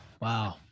Wow